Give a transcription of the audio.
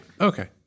Okay